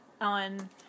on